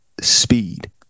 speed